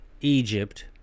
Egypt